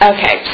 Okay